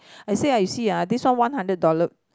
I say ah you see ah this one one hundred dollar